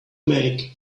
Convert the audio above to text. make